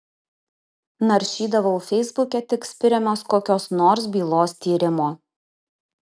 naršydavau feisbuke tik spiriamas kokios nors bylos tyrimo